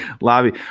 Lobby